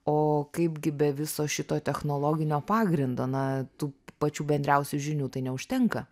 o kaipgi be viso šito technologinio pagrindo na tų pačių bendriausių žinių tai neužtenka